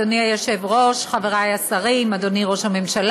אדוני היושב-ראש, חברי השרים, אדוני ראש הממשלה,